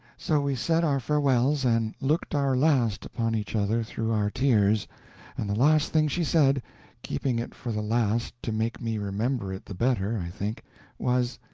so we said our farewells, and looked our last upon each other through our tears and the last thing she said keeping it for the last to make me remember it the better, i think was,